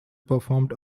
performed